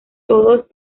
todos